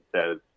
says